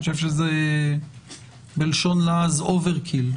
אני חושב שזה בלשון לעז overkill.